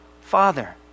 father